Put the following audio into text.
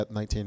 19